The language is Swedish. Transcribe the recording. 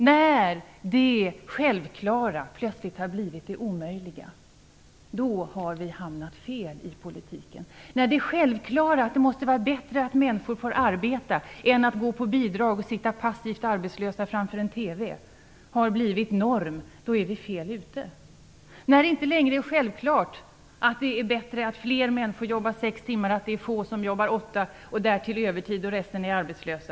När det självklara plötsligt har blivit det omöjliga, då har vi hamnat fel i politiken. Självklart borde det vara bättre att människor får arbeta än att gå på bidrag och sitta passivt arbetslösa framför en TV. Men när det sista har blivit norm, då är vi fel ute. Självklart borde det vara bättre att fler människor jobbar sex timmar, än att färre jobbar åtta och därtill övertid, och resten är arbetslös.